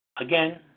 again